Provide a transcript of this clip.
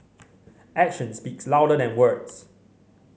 action speaks louder than words